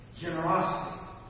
generosity